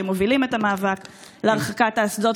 שמובילים את המאבק להרחקת האסדות,